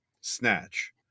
Snatch